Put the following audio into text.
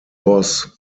boss